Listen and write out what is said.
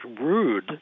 rude